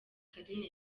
carine